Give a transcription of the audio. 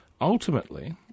Ultimately